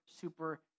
super